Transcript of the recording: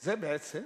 זה בעצם